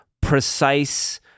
precise